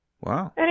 Wow